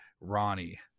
Ronnie